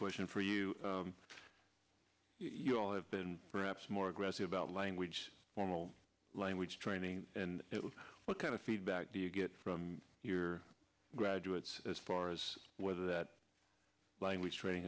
question for you you all have been perhaps more aggressive about language formal language training and what kind of feedback do you get from your graduates as far as whether that language training